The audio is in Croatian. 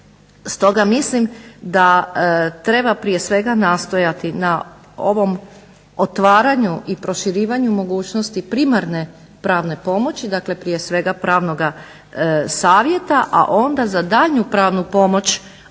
Stoga mislim da treba prije svega nastojati na ovom otvaranju i proširivanju mogućnosti primarne pravne pomoći, dakle prije svega pravnoga savjeta, a onda za daljnju pravnu pomoć, a to